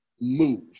move